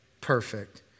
perfect